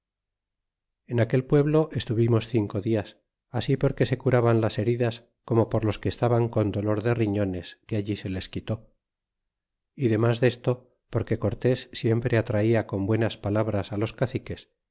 en aquel pueblo estuvimos cinco dias así porque se curaban las heridas como por los que estaban con dolor de riñones que allí se les quitó y demas desto porque cortés siempre atraia con buenas palabras á los caciques